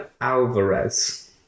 Alvarez